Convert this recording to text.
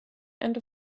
and